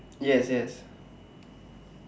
yes yes